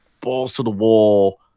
balls-to-the-wall